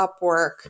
Upwork